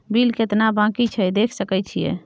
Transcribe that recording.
Bill केतना बाँकी छै देख सके छियै?